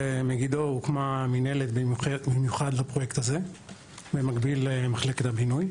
במגידו הוקמה מינהלת במיוחד לפרויקט הזה במקביל למחלקת הבינוי,